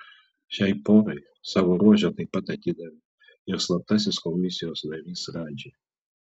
šiai porai savo rožę taip pat atidavė ir slaptasis komisijos narys radži